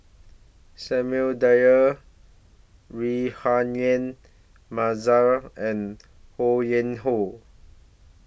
Samuel Dyer Rahayu Mahzam and Ho Yuen Hoe